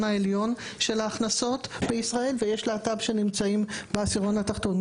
העליון של ההכנסות בישראל ויש להט"ב שנמצאים בעשירון התחתון.